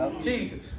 Jesus